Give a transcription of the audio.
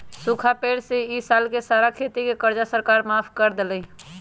सूखा पड़े से ई साल के सारा खेती के कर्जा सरकार माफ कर देलई